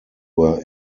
were